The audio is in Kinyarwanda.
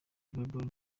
volleyball